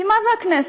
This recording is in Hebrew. כי מה זה הכנסת?